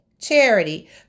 charity